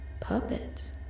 Puppets